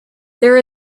there